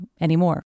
anymore